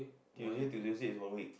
Tuesday to Thursday is one week